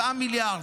7 מיליארד,